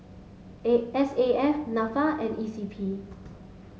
A S F NAFA and E C P